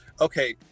okay